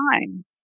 time